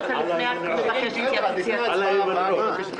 לחוק שעבר אתמול.